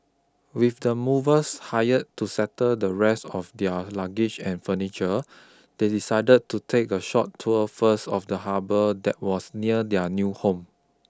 with the movers hired to settle the rest of their luggage and furniture they decided to take a short tour first of the harbour that was near their new home